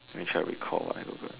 let me try and recall what I Google